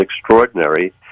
extraordinary